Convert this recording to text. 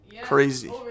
Crazy